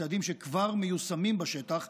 צעדים שכבר מיושמים בשטח,